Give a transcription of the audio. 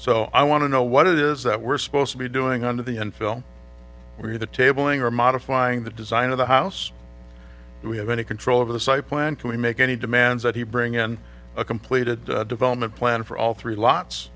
so i want to know what it is that we're supposed to be doing under the infill where the tabling are modifying the design of the house we have any control over the site plan can we make any demands that he bring in a completed development plan for all three lots